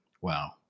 Wow